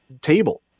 table